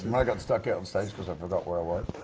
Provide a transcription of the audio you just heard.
um i got stuck yeah on stage because i forgot where i was?